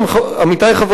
עמיתי חברי הכנסת,